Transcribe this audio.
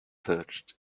searched